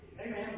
Amen